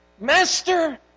Master